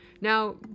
Now